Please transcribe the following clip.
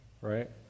Right